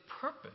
purpose